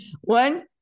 One